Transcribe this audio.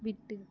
விட்டு